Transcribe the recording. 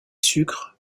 sucres